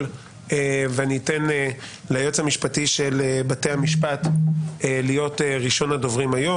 ואני אתן ליועץ המשפטי של בתי המשפט להיות ראשון הדוברים היום,